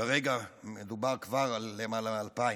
כרגע מדובר כבר על למעלה מ-2,000.